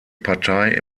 partei